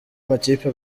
makipe